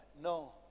No